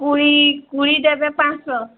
କୋଳି କୋଳି ଦେବେ ପାଞ୍ଚଶହ